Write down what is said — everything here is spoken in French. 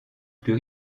plus